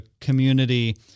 community